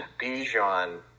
Bijan